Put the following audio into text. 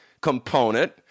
component